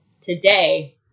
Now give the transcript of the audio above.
today